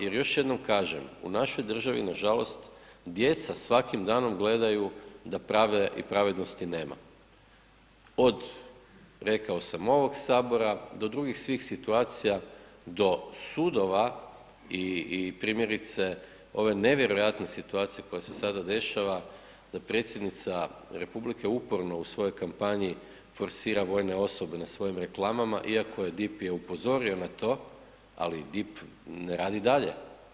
Jer još jednom kažem, u našoj državi nažalost djeca svakim danom gledaju da pravde i pravednosti nema od rekao sam ovog Sabora do drugih svih situacija, do sudova i primjerice ove nevjerojatne situacije koja se sada dešava da predsjednica Republike uporno u svojoj kampanji forsira vojne osobe na svojim reklamama iako ju je DIP upozorio na to, ali DIP ne radi dalje.